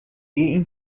این